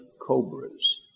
cobras